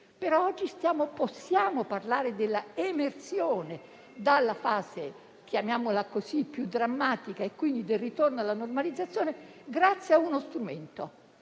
oggi possiamo parlare della emersione dalla fase più drammatica e quindi del ritorno alla normalizzazione grazie a uno strumento: